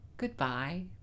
Goodbye